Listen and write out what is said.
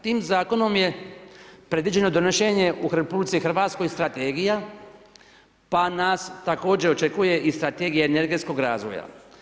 Tim zakonom je predviđeno donošenje u RH strategija pa nas također očekuje i Strategija energetskog razvoja.